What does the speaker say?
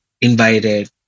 invited